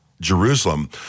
Jerusalem